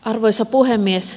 arvoisa puhemies